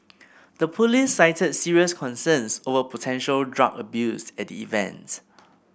the police cited serious concerns over potential drug abuse at the event